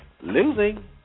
Losing